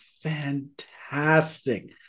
fantastic